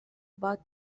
but